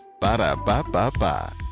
Ba-da-ba-ba-ba